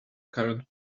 current